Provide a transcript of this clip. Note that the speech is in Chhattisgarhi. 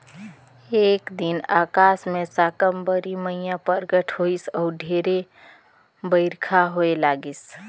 एक दिन अकास मे साकंबरी मईया परगट होईस अउ ढेरे बईरखा होए लगिस